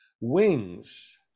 wings